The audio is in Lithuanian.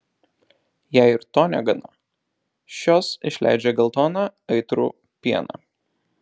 jei ir to negana šios išleidžia geltoną aitrų pieną